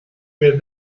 with